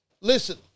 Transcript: Listen